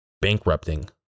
bankrupting